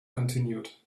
continued